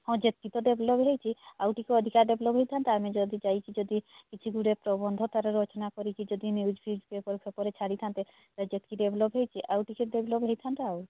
ହଁ ଯେଟିକି ତ ଡେଭ୍ଲପ୍ ହୋଇଛି ଆଉ ଟିକିଏ ଅଧିକା ଡେଭ୍ଲପ୍ ହୋଇଥାନ୍ତା ଟିକିଏ ଯଦି ଯାଇକି ଯଦି କିଛି ଗୋଟେ ପ୍ରବନ୍ଧ ତା'ର ରଚନା କରିକି ଯଦି ନ୍ୟୁଜ୍ ଫ୍ୟୁଜ୍ ପେପର୍ ଫେପର୍ରେ ଛାଡ଼ିଥାନ୍ତେ ଯେତିକି ଡେଭ୍ଲପ୍ ହୋଇଛି ଆଉ ଟିକିଏ ଡେଭ୍ଲପ୍ ହୋଇଥାନ୍ତା ଆଉ